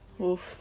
Oof